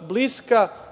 bliska